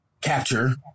capture